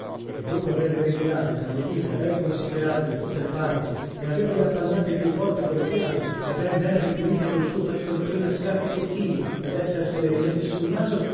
e dopo averle rigirate tra le dita e ben considerate da tutte le parti e averle appannate più volte col fiato e ben ben ripulite col suo fazzolettone a scacchi turchini ed essersele rimesse sul naso